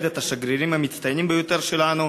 את השגרירים המצטיינים ביותר שלנו,